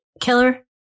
killer